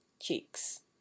cheeks